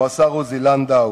כמו השר עוזי לנדאו,